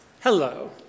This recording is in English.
Hello